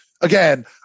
again